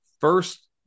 First